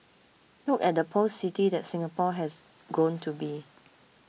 look at the post city that Singapore had grown to be